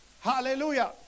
hallelujah